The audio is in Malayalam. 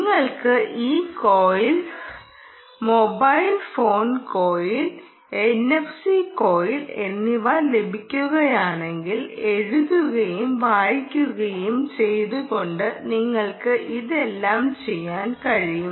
നിങ്ങൾക്ക് ഈ coil mobile phone coil NFC coil എന്നിവ ലഭിക്കുകയാണെങ്കിൽ എഴുതുകയും വായിക്കുകയും ചെയ്തുകൊണ്ട് നിങ്ങൾക്ക് ഇതെല്ലാം ചെയ്യാൻ കഴിയും